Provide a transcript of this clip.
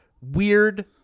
weird